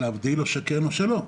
או שכן או שלא,